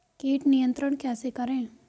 कीट नियंत्रण कैसे करें?